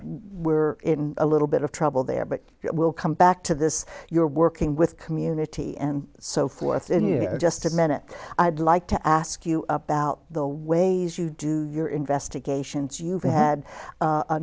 we're in a little bit of trouble there but we'll come back to this you're working with community and so forth in you just a minute i'd like to ask you about the ways you do your investigations you've had